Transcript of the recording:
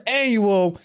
annual